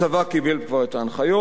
הצבא כבר קיבל את ההנחיות.